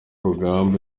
rugamba